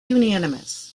unanimous